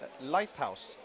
lighthouse